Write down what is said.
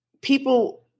people